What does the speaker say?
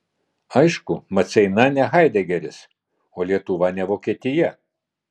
aišku maceina ne haidegeris o lietuva ne vokietija